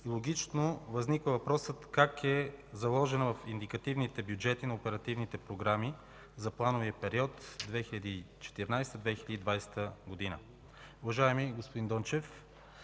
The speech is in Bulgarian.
и логично възниква въпросът как е заложена в индикативните бюджети на оперативните програми за плановия период 2014 – 2020 г. Уважаеми господин Дончев,